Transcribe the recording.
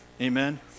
Amen